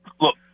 Look